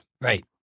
Right